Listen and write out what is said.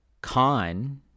con